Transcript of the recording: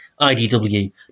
IDW